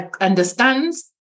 understands